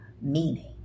meaning